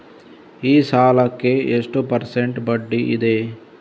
ಈ ಸಾಲಕ್ಕೆ ಎಷ್ಟು ಪರ್ಸೆಂಟ್ ಬಡ್ಡಿ ಇದೆ?